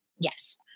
Yes